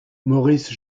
maurice